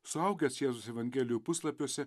suaugęs jėzus evangelijų puslapiuose